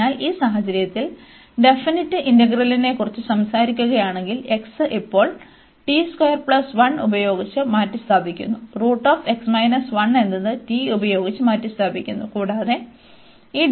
അതിനാൽ ഈ സാഹചര്യത്തിൽ ഡെഫിനിറ്റ് ഇന്റഗ്രലിനെക്കുറിച്ച് സംസാരിക്കുകയാണെങ്കിൽ x ഇപ്പോൾ ഉപയോഗിച്ച് മാറ്റിസ്ഥാപിക്കുന്നു എന്നത് t ഉപയോഗിച്ച് മാറ്റിസ്ഥാപിക്കുന്നു കൂടാതെ ഈ